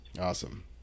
Awesome